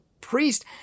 priest